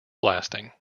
blasting